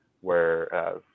Whereas